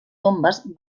tombes